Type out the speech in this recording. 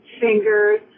fingers